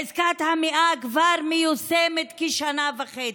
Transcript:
עסקת המאה כבר מיושמת כשנה וחצי,